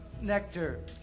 nectar